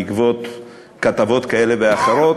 בעקבות כתבות כאלה ואחרות.